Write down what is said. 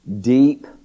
deep